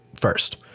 first